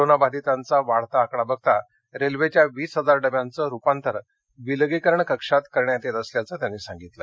corona बाधितांचा वाढता आकडा बघता रेल्वेच्या वीस हजार डब्यांचं रुपांतर विलगीकरण कक्षात करण्यात येत असल्याचं त्यांनी सांगितलं